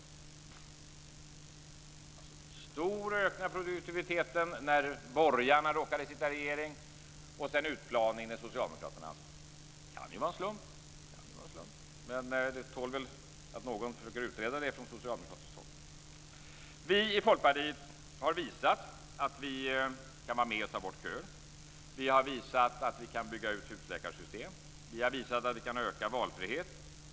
Vi har alltså en stor ökning av produktiviteten när borgarna råkade sitta i regering, och en utplaning när Socialdemokraterna har ansvaret. Det kan ju vara en slump. Men det tål väl att någon försöker utreda det från socialdemokratiskt håll. Vi i Folkpartiet har visat att vi kan vara med och ta bort köer. Vi har visat att vi kan bygga ut husläkarsystem. Vi har visat att vi kan öka valfrihet.